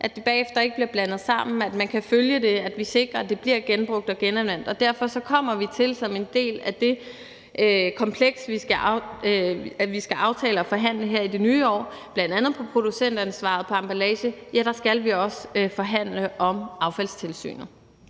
at det bagefter ikke bliver blandet sammen, og at man kan følge det, og sikre, at det bliver genbrugt og genanvendt, og derfor kommer vi til som en del af det kompleks, vi skal aftale og forhandle her i det nye år, bl.a. producentansvar og emballage, at forhandle om affaldstilsynet.